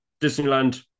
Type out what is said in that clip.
Disneyland